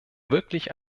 wirklich